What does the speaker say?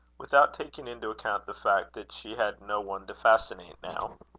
without taking into account the fact that she had no one to fascinate now.